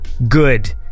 good